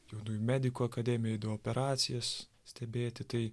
jaunųjų medikų akademiją eidavau operacijas stebėti tai